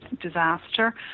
disaster